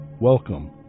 Welcome